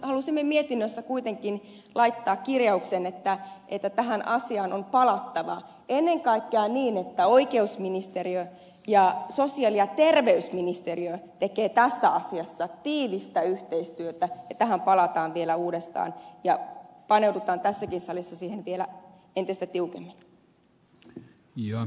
halusimme mietinnössä kuitenkin laittaa kirjauksen että tähän asiaan on palattava ennen kaikkea niin että oikeusministeriö ja sosiaali ja terveysministeriö tekevät tässä asiassa tiivistä yhteistyötä ja tähän palataan vielä uudestaan ja paneudutaan tässäkin salissa vielä entistä tiukemmin